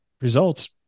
results